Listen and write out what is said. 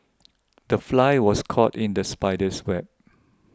the fly was caught in the spider's web